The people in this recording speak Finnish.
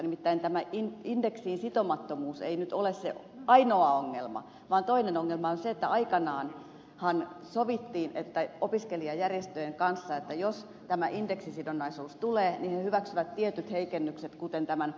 nimittäin tämä indeksiin sitomattomuus ei nyt ole se ainoa ongelma vaan toinen ongelma on se että aikanaanhan sovittiin opiskelijajärjestöjen kanssa että jos indeksisidonnaisuus tulee he hyväksyvät tietyt heikennykset kuten tämä